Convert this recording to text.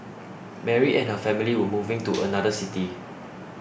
Mary and her family were moving to another city